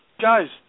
guys